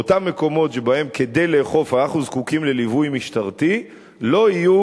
באותם מקומות שבהם כדי לאכוף אנחנו זקוקים לליווי משטרתי לא יהיו